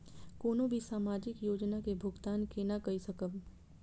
कोनो भी सामाजिक योजना के भुगतान केना कई सकब?